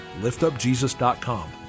liftupjesus.com